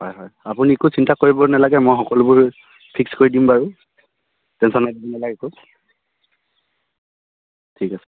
হয় হয় আপুনি একো চিন্তা কৰিব নালাগে মই সকলোবোৰ ফিক্স কৰি দিম বাৰু টেনচন লৈ থাকিব নালাগে একো ঠিক আছে